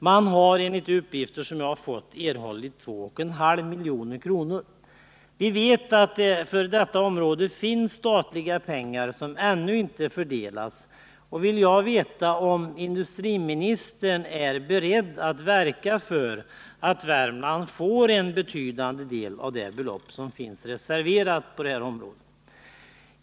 Man har enligt en uppgift som jag har fått erhållit 2,5 milj.kr. Vi vet att det för detta område finns statliga pengar som ännu inte fördelats. Jag skulle vilja veta om industriministern är beredd att verka för att Värmland får en betydande del av det belopp som finns reserverat.